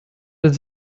with